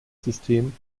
system